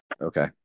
Okay